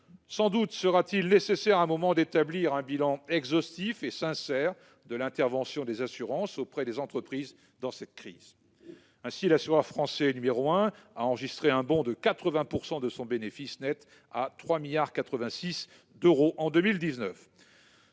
Sans doute sera-t-il nécessaire, à un moment, d'établir un bilan exhaustif et sincère de l'intervention des assurances auprès des entreprises dans cette crise. Ainsi, l'assureur français numéro 1 a enregistré un bond de 80 % de son bénéfice net, à 3,86 milliards d'euros en 2019,